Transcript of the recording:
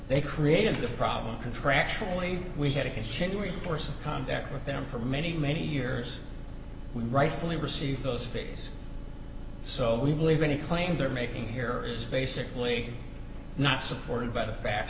they created the problem contractually we had a haitian doing person contact with them for many many years we rightfully receive those face so we believe any claim they are making here is basically not supported by the facts